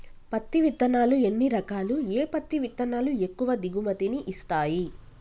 పత్తి విత్తనాలు ఎన్ని రకాలు, ఏ పత్తి విత్తనాలు ఎక్కువ దిగుమతి ని ఇస్తాయి?